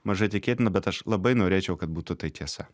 mažai tikėtina bet aš labai norėčiau kad būtų tai tiesa